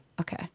Okay